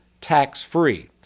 tax-free